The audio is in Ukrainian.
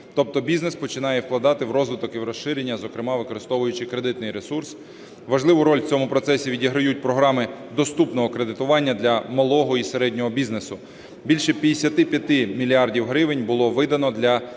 Тобто бізнес починає вкладати в розвиток і в розширення, зокрема використовуючи кредитний ресурс. Важливу роль в цьому процесі відіграють програми доступного кредитування для малого і середнього бізнесу. Більше 55 мільярдів гривень було видано для